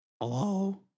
Hello